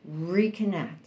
reconnect